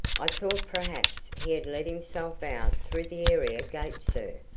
i thought perhaps he had let himself out through the area gate, sir.